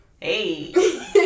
Hey